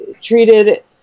treated